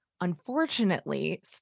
unfortunately